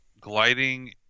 Gliding